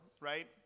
Right